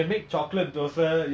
and it's always the foundation